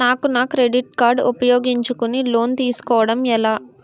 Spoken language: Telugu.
నాకు నా క్రెడిట్ కార్డ్ ఉపయోగించుకుని లోన్ తిస్కోడం ఎలా?